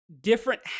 different